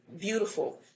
beautiful